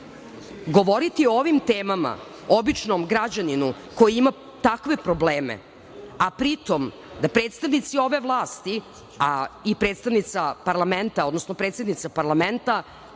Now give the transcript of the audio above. govoriti o ovim temama običnom građaninu koji ima takve probleme a pri tom da predstavnici ove vlasti a i predstavnica parlamenta, odnosno predsednica parlamenta,